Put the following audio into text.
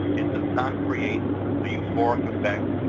it does not create a euphoric effect.